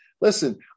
listen